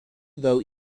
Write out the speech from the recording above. though